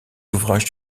ouvrages